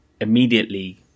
immediately